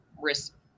risk